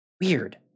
weird